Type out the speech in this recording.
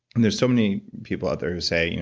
and there's so many people out there who say,